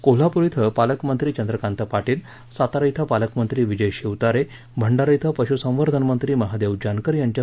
कोल्हापूर इथं पालकमंत्री चंद्रकांत पाटील सातारा इथं पालकमंत्री विजय शिवतारे भंडारा इथ पशुसंवर्धन मंत्री महादेव जानकर यांच्या हस्ते ध्वजारोहण झालं